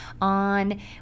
on